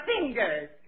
fingers